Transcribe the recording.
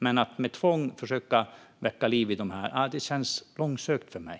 Men att med tvång försöka väcka liv i just dessa reaktorer känns långsökt för mig.